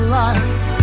life